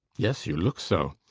yes, you look so.